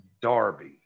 Darby